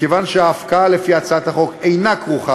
מכיוון שההפקעה לפי הצעת החוק אינה כרוכה